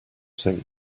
think